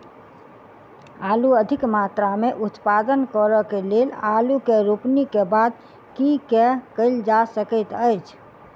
आलु अधिक मात्रा मे उत्पादन करऽ केँ लेल आलु केँ रोपनी केँ बाद की केँ कैल जाय सकैत अछि?